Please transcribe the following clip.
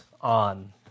on